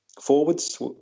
forwards